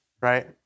right